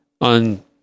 on